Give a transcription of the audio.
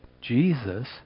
Jesus